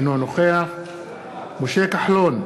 אינו נוכח משה כחלון,